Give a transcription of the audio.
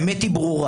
האמת היא ברורה.